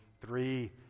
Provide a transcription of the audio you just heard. three